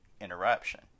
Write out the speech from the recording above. interruption